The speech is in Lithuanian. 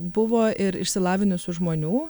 buvo ir išsilavinusių žmonių